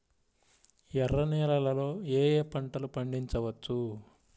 ఎర్ర నేలలలో ఏయే పంటలు పండించవచ్చు?